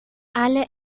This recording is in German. alle